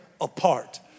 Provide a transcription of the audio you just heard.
apart